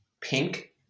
pink